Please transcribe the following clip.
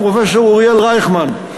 ואני מדבר על פרופסור אוריאל רייכמן,